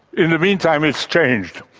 in the meantime it's changed.